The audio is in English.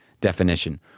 definition